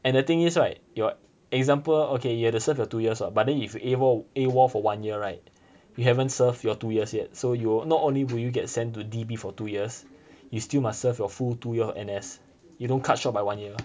and the thing is right you're example okay you have to serve for two years but then if you A_W_O_L A_W_O_L for one year right you haven't serve your two years yet so you will not only will you get sent to D_B for two years you still must serve your full two years of N_S you don't cut short by one year